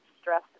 stress